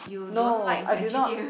no I did not